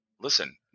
listen